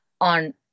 on